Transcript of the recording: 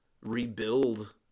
rebuild